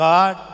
God